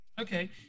Okay